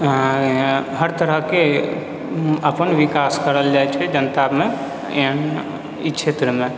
हर तरहके अपन विकास करल जाइत छै जनतामे ई क्षेत्रमे